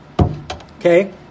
Okay